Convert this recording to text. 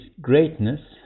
greatness